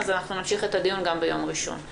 נמשיך את הדיון גם ביום ראשון.